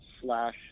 slash